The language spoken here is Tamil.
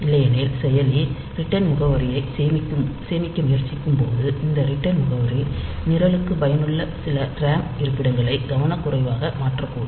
இல்லையெனில் செயலி ரிட்டர்ன் முகவரியைச் சேமிக்க முயற்சிக்கும் போது இந்த ரிட்டர்ன் முகவரி நிரலுக்கு பயனுள்ள சில ரேம் இருப்பிடங்களை கவனக்குறைவாக மாற்றக்கூடும்